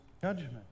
judgment